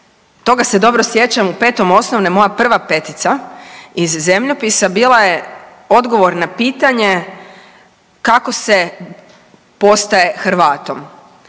toga se dobro sjećam, u 5. osnovne, moja prva petica iz zemljopisa bila odgovor na pitanje kako se postaje Hrvatom.